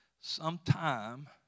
sometime